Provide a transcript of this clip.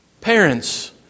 Parents